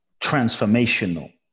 transformational